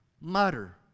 mutter